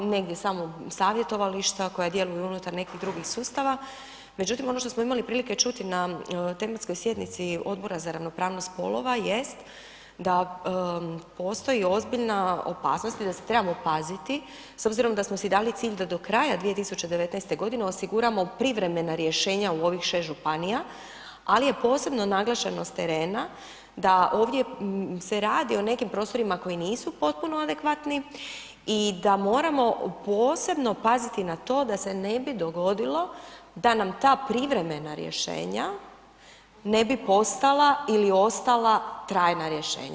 Negdje samo savjetovališta koja djeluju unutar nekih drugih sustava, međutim, ono što smo imali prilike čuti na tematskoj sjednici Odbora za ravnopravnost spolova jest da postoji ozbiljna opasnost i da se trebamo paziti s obzirom da smo si dali cilj da do kraja 2019. g. osiguramo privremena rješenja u ovih 6 županija, ali je posebno naglašenost terena da ovdje se radi o nekim prostorima koji nisu potpuno adekvatni i da moramo posebno paziti na to da se ne bi dogodilo da nam ta privremena rješenja ne bi postala ili ostala trajna rješenja.